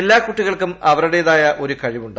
എല്ലാ കുട്ടികൾക്കും അവരുടേതായ ഒരു കഴിവുണ്ട്